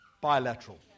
bilateral